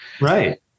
Right